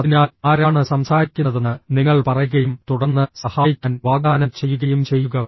അതിനാൽ ആരാണ് സംസാരിക്കുന്നതെന്ന് നിങ്ങൾ പറയുകയും തുടർന്ന് സഹായിക്കാൻ വാഗ്ദാനം ചെയ്യുകയും ചെയ്യുക